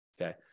okay